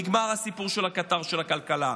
נגמר הסיפור של הקטר של הכלכלה.